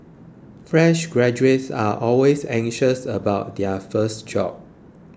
fresh graduates are always anxious about their first job